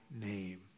name